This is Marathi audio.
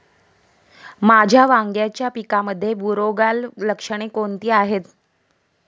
माझ्या वांग्याच्या पिकामध्ये बुरोगाल लक्षणे कोणती आहेत?